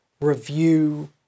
review